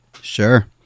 Sure